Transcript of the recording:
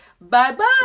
Bye-bye